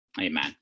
Amen